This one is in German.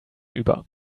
über